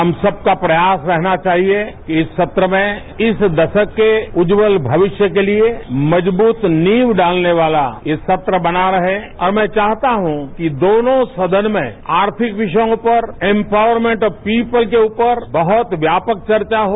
हम सबका प्रयास रहना चाहिए कि इस सत्र में इस दशक के उजवल भविष्य के लिए मजबूत नींव डालने वाला यह सत्र बना रहे और मैं चाहता हूं कि दोनों सदनों में आर्थिक विषयों पर एम्पावरमेंट ऑफ पीपुल्स के रूपर बहुत व्यापक चर्चा हो